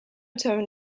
tone